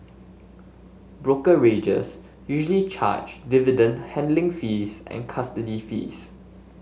brokerages usually charge dividend handling fees and custody fees